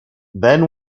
then